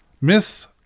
Miss